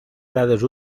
dades